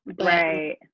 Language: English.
right